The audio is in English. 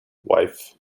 wife